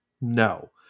no